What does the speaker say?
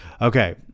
Okay